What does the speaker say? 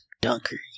dunker